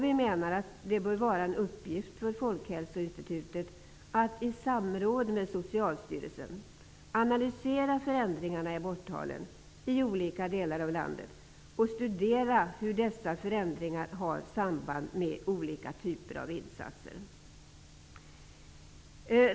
Vi menar att det bör vara en uppgift för Folkhälsoinstitutet att i samråd med Socialstyrelsen analysera förändringarna i aborttalen i olika delar av landet och studera hur dessa förändringar har samband med olika typer av insatser.